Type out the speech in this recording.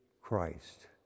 Christ